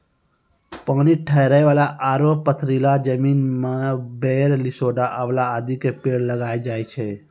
पानी ठहरै वाला आरो पथरीला जमीन मॅ बेर, लिसोड़ा, आंवला आदि के पेड़ लागी जाय छै